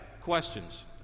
questions